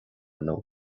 ndóigh